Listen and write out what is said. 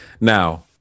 Now